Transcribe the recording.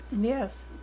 Yes